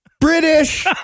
British